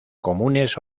comunes